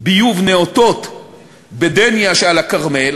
ביוב נאותות בדניה שעל הכרמל